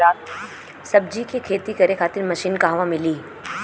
सब्जी के खेती करे खातिर मशीन कहवा मिली?